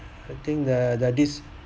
I think the the this